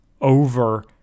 Over